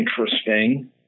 interesting